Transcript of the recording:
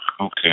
Okay